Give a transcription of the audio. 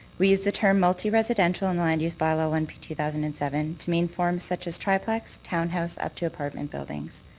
we use the term multi-residential in the land use bylaw one p two thousand and seven i mean such as triplex, townhouse up to apartment buildings.